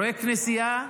רואה כנסייה,